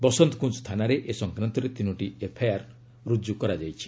ବସନ୍ତକୁଞ୍ଜ ଥାନାରେ ଏ ସଂକ୍ରାନ୍ତରେ ତିନୋଟି ଏଫ୍ଆଇଆର୍ ରୁଜୁ କରାଯାଇଛି